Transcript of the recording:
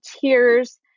tears